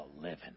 living